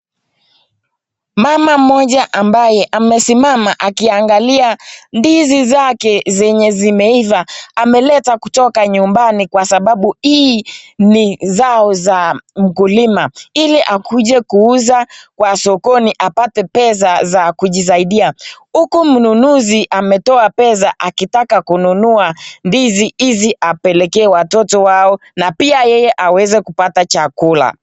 Mama mmoja ambaye amesimama akiangalia ndizi zake zenye zimeiva, ameleta kutoka nyumbani kwa sababu hii ni zao za mkulima ili akuje kuuza kwa sokoni apate pesa za kujisaidia uku mnunuzi ametoa pesa akitaka kununua ndizi hizi apelekee watoto wao na pia yeye aweze kupata chakula.